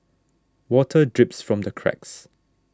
water drips from the cracks